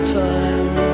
time